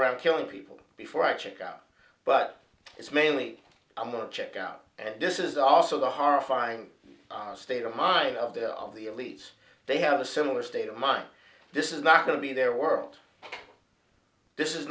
around killing people before i check out but it's mainly i'm going to check out and this is also the horrifying state of mind of the of the elites they have a similar state of mind this is not going to be their world this is